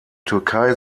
türkei